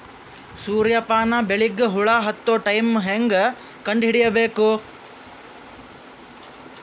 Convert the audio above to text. ಸೂರ್ಯ ಪಾನ ಬೆಳಿಗ ಹುಳ ಹತ್ತೊ ಟೈಮ ಹೇಂಗ ಕಂಡ ಹಿಡಿಯಬೇಕು?